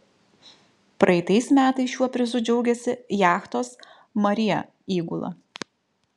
praeitais metais šiuo prizu džiaugėsi jachtos maria įgula